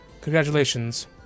congratulations